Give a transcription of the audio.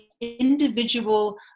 individual